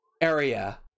area